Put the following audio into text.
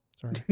Sorry